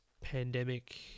pandemic